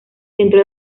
centro